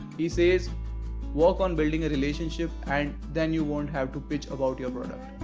he says work on building a relationship and then you won't have to pitch about your but